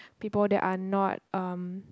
people that are not um